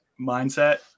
mindset